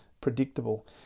predictable